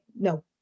no